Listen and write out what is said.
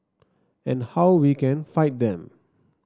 and how we can fight them